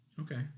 Okay